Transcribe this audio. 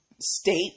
state